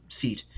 seat